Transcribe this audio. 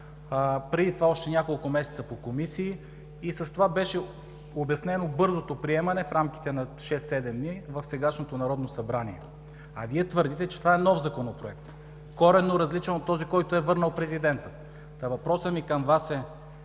преди това още няколко месеца – по комисии, и с това беше обяснено бързото приемане в рамките на 6 – 7 дни в сегашното Народно събрание. А Вие твърдите, че това е нов, коренно различен законопроект от този, който е върнал президентът. Въпросът ми към Вас е: